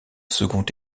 second